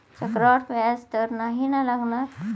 चक्रवाढ व्याज तर नाही ना लागणार?